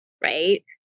right